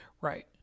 Right